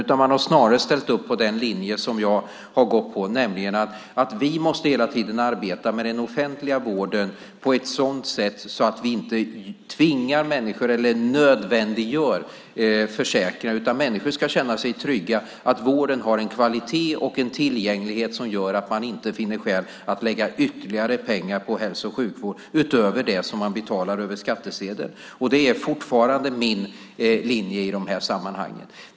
Man har snarare ställt upp på den linje som jag har gått på, nämligen att vi hela tiden måste arbeta med den offentliga vården på ett sådant sätt att vi inte nödvändiggör försäkringar. Människor ska känna sig trygga i att vården har en kvalitet och en tillgänglighet som gör att det inte ska finnas skäl att lägga ytterligare pengar på hälso och sjukvården, utöver det som man betalar över skattsedeln. Det är fortfarande min linje i dessa sammanhang.